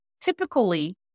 Typically